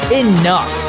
enough